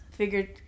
figured